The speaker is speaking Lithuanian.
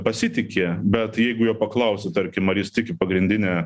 pasitiki bet jeigu jo paklausiu tarkim ar jis tiki pagrindine